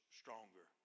stronger